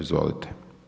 Izvolite.